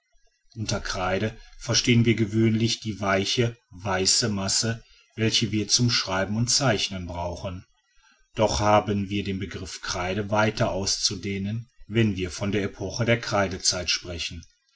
unter kreide verstehen wir gewöhnlich die weiche weiße masse welche wir zum schreiben und zeichnen brauchen doch haben wir den begriff kreide weiter auszudehnen wenn wir von der epoche der kreidezeit sprechen